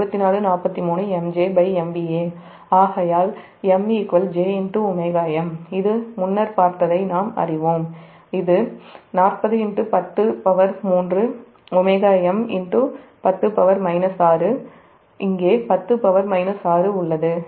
7443 MJMVA ஆகையால் M J𝝎m இது முன்னர் பார்த்ததை நாம் அறிவோம் அது 40 103 𝝎m10 6 இங்கே 10 6 உள்ளது